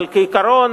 אבל כעיקרון,